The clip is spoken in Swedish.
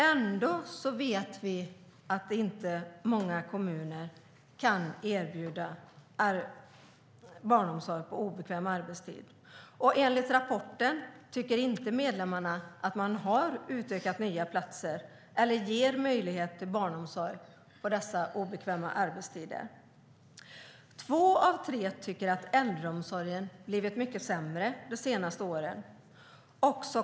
Samtidigt vet vi att många kommuner inte kan erbjuda barnomsorg på obekväm arbetstid. Enligt rapporten tycker medlemmarna inte att man har utökat med nya platser eller gett möjlighet till barnomsorg på obekväma arbetstider. Två av tre tycker att äldreomsorgen blivit mycket sämre de senaste åren.